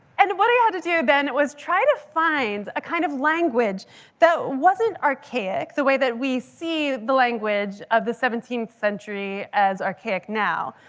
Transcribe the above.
and what i had to do then was try to find a kind of language that wasn't archaic the way that we see the language of the seventeenth century as archaic now,